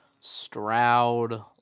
Stroud